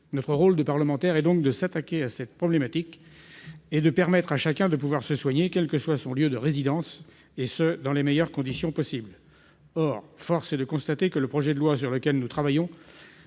Notre rôle de parlementaires est de nous attaquer à ce problème et de permettre à chacun de pouvoir se soigner quel que soit son lieu de résidence, et ce dans les meilleures conditions possible. Or force est de constater que le présent projet de loi ne répond